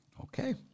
Okay